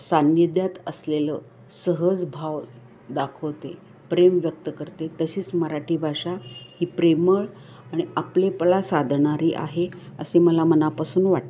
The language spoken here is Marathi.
सान्निध्यात असलेलं सहज भाव दाखवते प्रेम व्यक्त करते तशीच मराठी भाषा ही प्रेमळ आणि आपलेपना साधणारी आहे असे मला मनापासून वाटते